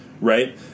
right